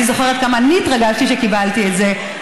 אני זוכרת כמה אני התרגשתי כשאני קיבלתי את זה,